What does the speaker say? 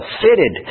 fitted